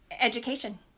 education